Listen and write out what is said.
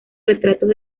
retratos